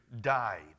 died